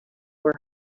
were